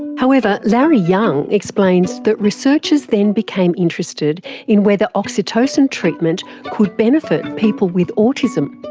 however, larry young explains that researchers then became interested in whether oxytocin treatment could benefit people with autism.